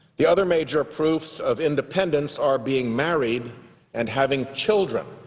the other major proofs of independence are being married and having children.